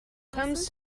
comes